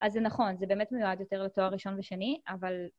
אז זה נכון, זה באמת מיועד יותר לתואר ראשון ושני, אבל...